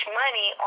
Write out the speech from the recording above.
money